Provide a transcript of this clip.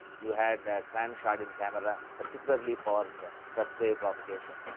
you had the cram shade in camera particularly for stress wave propagation.